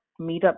meetup